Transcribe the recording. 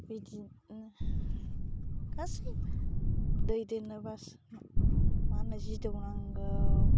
बैदि गासि दै दोननोबा मा होनो जिदौ नांगौ